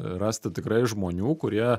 rasti tikrai žmonių kurie